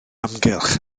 amgylch